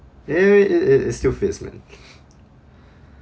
ya ya it it still still fits man